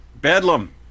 Bedlam